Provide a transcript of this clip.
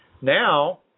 Now